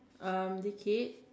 um the kid